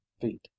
feet